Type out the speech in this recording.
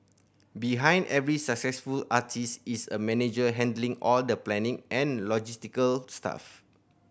behind every successful artist is a manager handling all the planning and logistical stuff